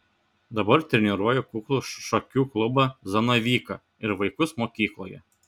dabar treniruoja kuklų šakių klubą zanavyką ir vaikus mokykloje